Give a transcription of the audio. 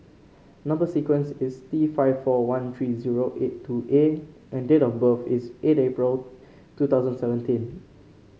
number sequence is T five four one three zero eight two A and date of birth is eight April two thousand seventeen